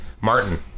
Martin